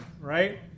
right